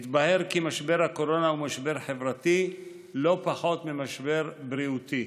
התבהר כי משבר הקורונה הוא משבר חברתי לא פחות משהוא משבר בריאותי.